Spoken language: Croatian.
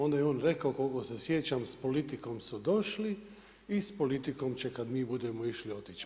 Onda je on rekao, koliko se sjećam, s politikom su došli i s politikom će kad mi budemo išli otići.